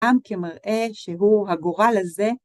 עם כמראה שהוא הגורל הזה.